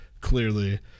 clearly